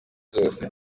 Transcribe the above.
zose